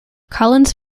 collins